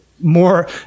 more